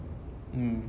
mm